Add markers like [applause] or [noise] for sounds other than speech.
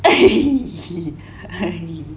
[laughs]